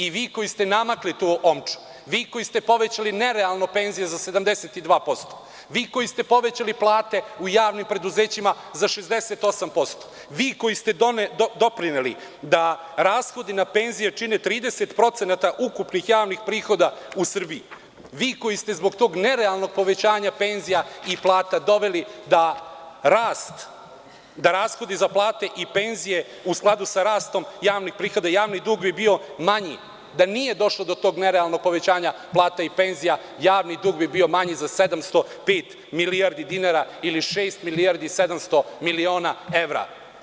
I vi koji ste namakli tu omču, vi koji ste povećali nerealno penzije za 72%, vi koji ste povećali plate u javnim preduzećima za 68%, vi koji ste doprineli da rashodi na penzije čine 30% ukupnih javnih prihoda u Srbiji, vi koji ste zbog tog nerealnog povećanja penzija i plata doveli da rashodi za plate i penzije u skladu sa rastom javnih prihoda, javni dug bi bio manji da nije došlo do tog nerealnog povećanja plata i penzija, javni dug bi bio manji za 705 milijardi dinara ili šest milijardi 700 miliona evra.